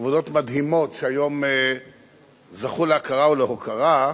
עבודות מדהימות שהיום זכו להכרה ולהוקרה,